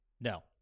No